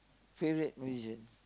favourite musician